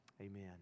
Amen